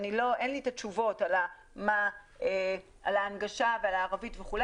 אין לי את התשובות לגבי ההנגשה ולגבי הערבית וכו',